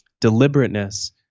deliberateness